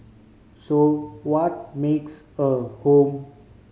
so what makes a home